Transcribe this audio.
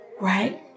right